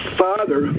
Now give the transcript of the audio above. father